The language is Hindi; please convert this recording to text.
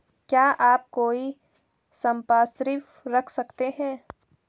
क्या आप कोई संपार्श्विक रख सकते हैं?